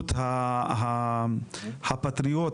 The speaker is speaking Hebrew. הפטריוטית,